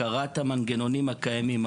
הכרת המנגנונים הקיימים,